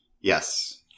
Yes